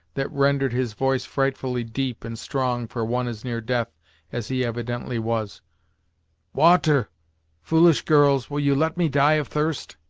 that rendered his voice frightfully deep and strong for one as near death as he evidently was water foolish girls will you let me die of thirst?